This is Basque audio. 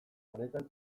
honetan